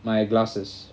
my glasses